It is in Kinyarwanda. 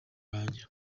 banjye